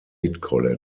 college